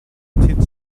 infected